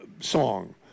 song